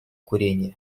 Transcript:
курения